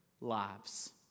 Lives